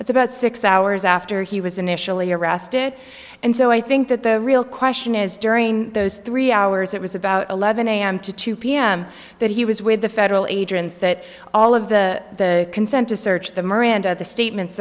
that's about six hours after he was initially arrested and so i think that the real question is during those three hours it was about eleven am to two pm that he was with the federal agents that all of the consent to search the miranda the statements